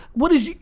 what is,